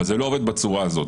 אבל זה לא עובד בצורה הזאת.